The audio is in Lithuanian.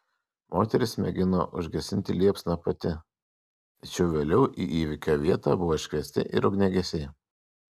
moteris mėgino užgesinti liepsną pati tačiau vėliau į įvykio vietą buvo iškviesti ir ugniagesiai